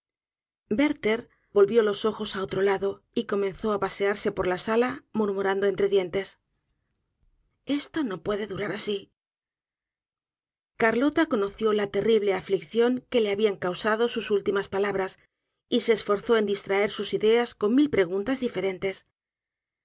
werlher volvió los ojos á otro lado y comenzó á pasearse por la sala murmurando entre dientes esto no puede durar así carlota conoció la terrible aflicción que le habían causado sus últimas palabras y se esforzó en distraer sus ideas con mil preguntas diferentes